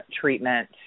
treatment